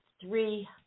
three